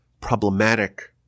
problematic